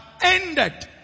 ended